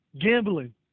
gambling